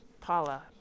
Paula